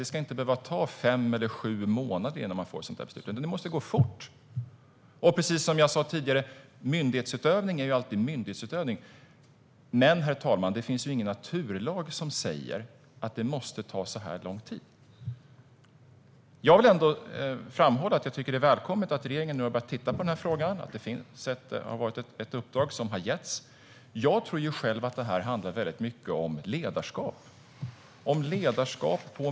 Det ska inte behöva ta fem eller sju månader innan man får ett beslut, utan det måste gå fort. Som jag sa tidigare: Myndighetsutövning är alltid myndighetsutövning, men, herr talman, det finns ingen naturlag som säger att det måste ta så här lång tid. Jag vill framhålla att det är välkommet att regeringen nu har börjat titta på den här frågan och att ett uppdrag har getts. Jag tror själv att det handlar mycket om ledarskap.